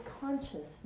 consciousness